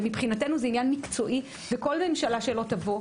מבחינתנו זה עניין מקצועי לכל ממשלה שלא תבוא.